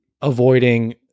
avoiding